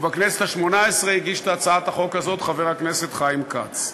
בכנסת השמונה-עשרה הגיש את הצעת החוק הזאת חבר הכנסת חיים כץ,